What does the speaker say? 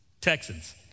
Texans